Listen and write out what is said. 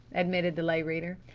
admitted the lay reader.